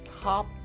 top